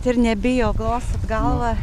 ir nebijo glostot galvą